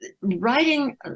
writing